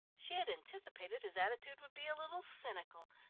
she had anticipated his attitude would be a little cynical,